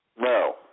No